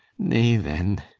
nay then,